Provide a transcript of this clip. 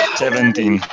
seventeen